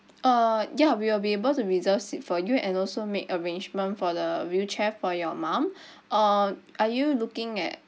uh ya we will be able to reserve seat for you and also make arrangement for the wheelchair for your mum uh are you looking at